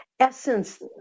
essence